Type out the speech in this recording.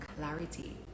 clarity